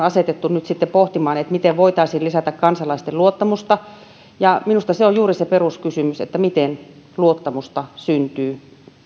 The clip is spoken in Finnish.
asetettu toimielin pohtimaan miten voitaisiin lisätä kansalaisten luottamusta ja minusta se on juuri se peruskysymys että miten luottamusta syntyy